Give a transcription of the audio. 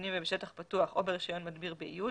במבנים ובשטח פתוח או ברישיון מדביר באיוד